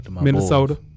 Minnesota